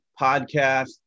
podcast